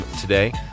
today